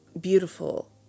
beautiful